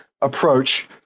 approach